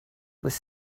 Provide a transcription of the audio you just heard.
would